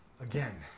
Again